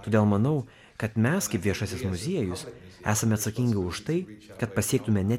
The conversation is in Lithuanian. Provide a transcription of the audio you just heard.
todėl manau kad mes kaip viešasis muziejus esame atsakingi už tai kad pasiektume ne